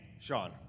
Sean